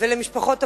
ולמשפחות הפצועים.